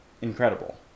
incredible